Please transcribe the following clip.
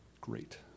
Great